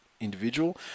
individual